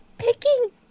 picking